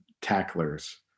tacklers